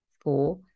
four